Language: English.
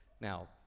Now